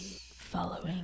following